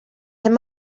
him